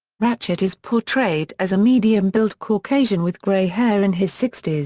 ratchet is portrayed as a medium-built caucasian with gray hair in his sixty s.